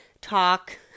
talk